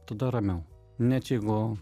tada ramiau net jeigu